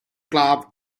club